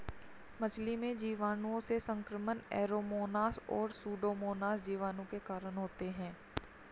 मछली में जीवाणुओं से संक्रमण ऐरोमोनास और सुडोमोनास जीवाणु के कारण होते हैं